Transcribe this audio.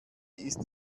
ist